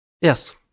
yes